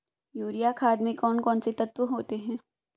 Urea खाद में कौन कौन से तत्व होते हैं?